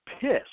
pissed